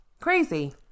Crazy